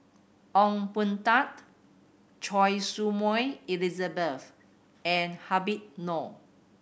Ong Boon Tat Choy Su Moi Elizabeth and Habib Noh